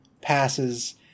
passes